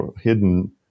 hidden